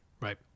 Right